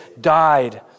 died